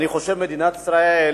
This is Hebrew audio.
אני חושב שמדינת ישראל,